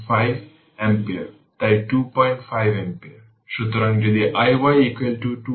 এখন t 0 হলে সুইচটি ওপেন থাকে এবং rc হল ইকুইভ্যালেন্ট সার্কিট